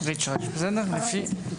אני גם אוסיף קצת על הדברים,